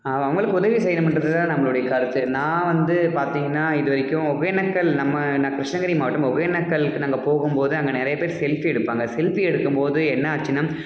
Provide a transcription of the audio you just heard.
அவஅவங்களுக்கு உதவி செய்யணும்ன்றது தான் நம்மளுடைய கருத்து நான் வந்து பார்த்தீங்கன்னா இது வரைக்கும் ஒகேனக்கல் நம்ம நான் கிருஷ்ணகிரி மாவட்டம் ஒகேனக்கலுக்கு நாங்கள் போகும் போது அங்கே நிறைய பேர் செல்ஃபி எடுப்பாங்க செல்ஃபி எடுக்கும் போது என்ன ஆச்சுன்னா